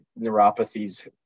neuropathies